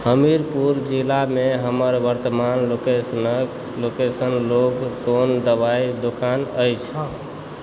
हमीरपुर जिलामे हमर वर्त्तमान लोकेशन लग कोन दवाइ दोकान अछि